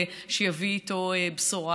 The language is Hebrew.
שיביא איתו בשורה,